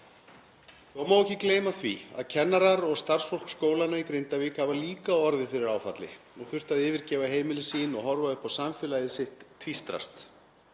Það má ekki gleyma því að kennarar og starfsfólk skólanna í Grindavík hafa líka orðið fyrir áfalli og þurft að yfirgefa heimili sín og horfa upp á samfélagið sitt tvístrast.